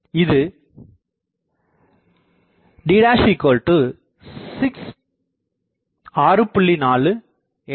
இது D 6